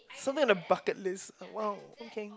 so mean the bucket list well okay